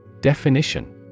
Definition